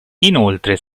inoltre